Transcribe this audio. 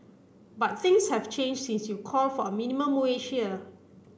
but things have changed since you called for a minimum wage here